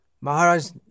Maharaj